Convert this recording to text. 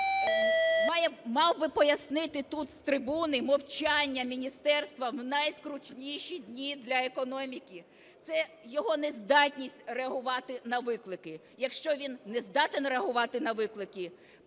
мав би пояснити тут з трибуни мовчання міністерства в найскрутніші дні для економіки. Це його нездатність реагувати на виклики. Якщо він не здатен реагувати на виклики